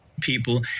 people